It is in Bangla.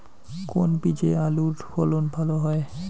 কোন বীজে আলুর ফলন ভালো হয়?